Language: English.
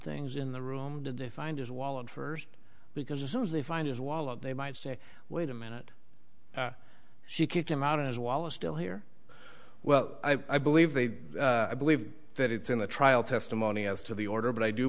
things in the room did they find his wallet first because as soon as they find his wallet they might say wait a minute she kicked him out of his wall is still here well i believe they believe that it's in the trial testimony as to the order but i do